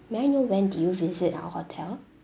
may I know when did you visit our hotel